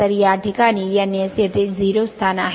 तर या ठिकाणी NS येथे 0 स्थान आहे